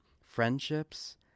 friendships